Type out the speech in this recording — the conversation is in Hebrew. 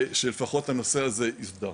שלפחות הנושא הזה יוסדר.